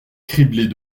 criblés